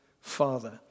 father